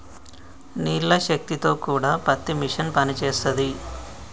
నీళ్ల శక్తి తో కూడా పత్తి మిషన్ పనిచేస్తది